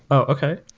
okay.